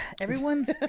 everyone's